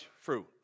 fruit